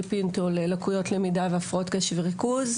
פינטו ללקויות למידה והפרעות קשב וריכוז,